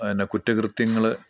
കുറ്റ കൃത്യങ്ങൾ